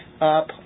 up